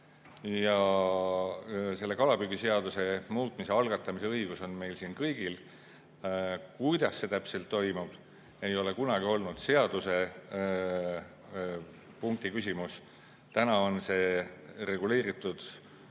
Ja selle kalapüügiseaduse muutmise algatamise õigus on meil siin kõigil. Kuidas see täpselt toimub, ei ole kunagi olnud seadusepunkti küsimus. Praegu on see reguleeritud